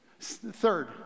Third